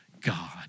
God